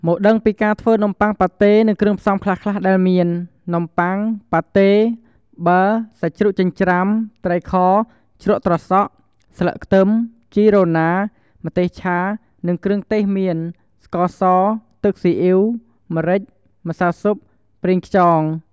មកដឹងពីការធ្វើនំប័ុងប៉ាតេនិងគ្រឿងផ្សំខ្លះៗដែលមាន នំបុ័ង ប៉ាតេ ប័រ សាច់ជ្រូកចិញ្រ្ចាំ ត្រីខ ជ្រក់ត្រសក់ ស្លឹកខ្ទឹម ជីរណា ម្ទេសឆា និងគ្រឿងទេសមាន ស្ករស ទឹកសុីអ៉ីវ ម្រេច ម្សៅស៊ុប ប្រេងខ្យង។